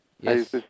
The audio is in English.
Yes